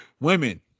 women